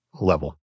level